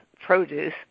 Produce